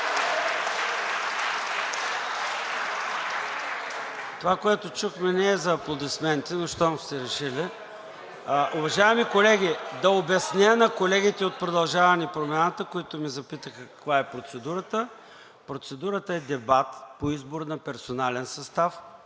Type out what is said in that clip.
Това, което чухме, не е за аплодисменти, но щом сте решили. (Оживление.) Уважаеми колеги, да обясня на колегите от „Продължаваме Промяната“, които ме запитаха каква е процедурата. Процедурата е дебат по избор на персонален състав